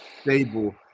stable